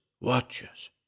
watchers